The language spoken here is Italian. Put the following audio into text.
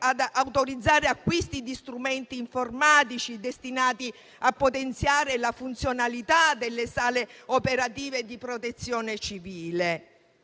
autorizzare acquisti di strumenti informatici destinati a potenziare la funzionalità delle sale operative di protezione civile.